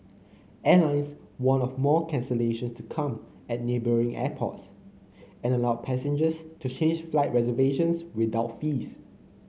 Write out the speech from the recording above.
airlines warned of more cancellations to come at neighbouring airports and allowed passengers to change flight reservations without fees